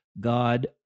God